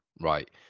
right